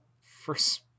first